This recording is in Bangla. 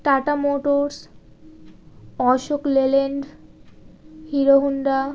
tata Motors Ashok Leyland Hero Honda